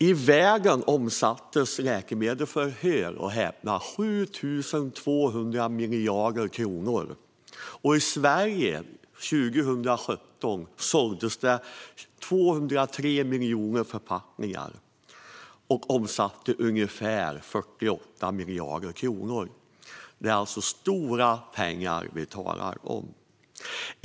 I världen omsätter läkemedel - hör och häpna - 7 200 miljarder kronor per år. I Sverige såldes det 203 miljoner läkemedelsförpackningar under 2017, och den svenska läkemedelsmarknaden omsatte samma år ungefär 43,8 miljarder kronor. Det är alltså stora pengar vi talar om.